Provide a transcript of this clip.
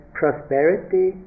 prosperity